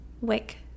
wick